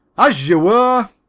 as you were.